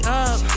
up